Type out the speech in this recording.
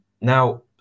now